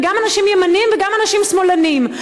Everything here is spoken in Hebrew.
גם אנשים ימנים וגם אנשים שמאלנים.